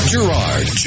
Gerard